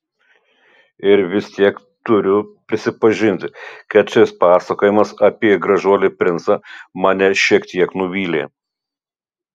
ir vis tiek turiu prisipažinti kad šis pasakojimas apie gražuolį princą mane šiek tiek nuvylė